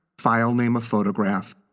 file name of photograph,